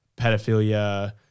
pedophilia